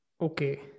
Okay